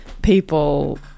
people